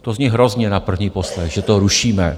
To zní hrozně na první poslech, že to rušíme.